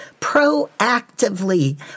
proactively